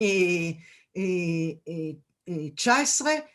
‫היא היא 19